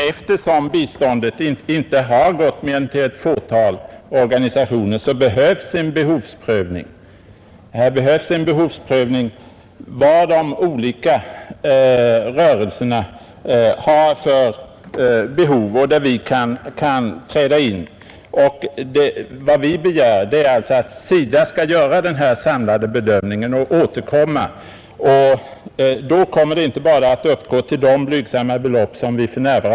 Eftersom biståndet inte har gått till mer än ett fåtal organisationer fordras en prövning av vilka behov de olika rörelserna har och var stödet bör sättas in. Vad vi begär är alltså att SIDA skall göra en samlad bedömning och återkomma. Och då blir det inte bara fråga om nuvarande blygsamma belopp.